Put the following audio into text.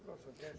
Proszę.